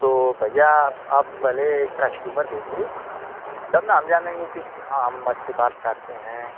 तो भैया आप पहले कस्टमर भेजिए तब न हम जानेंगे कि हाँ हम अच्छे बाल काटते हैं